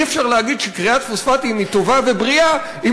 אי-אפשר להגיד שכריית פוספטים היא טובה ובריאה אם